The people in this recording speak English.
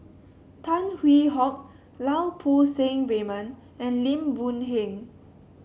Tan Hwee Hock Lau Poo Seng Raymond and Lim Boon Heng